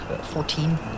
Fourteen